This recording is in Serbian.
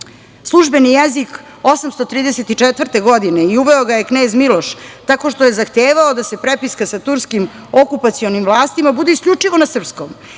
službeni jezik 834. godine i uveo ga je Knez Miloš tako što je zahtevao da se prepiska sa turskim okupacionom vlastima bude isključivo na srpskom.